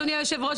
אדוני היושב-ראש,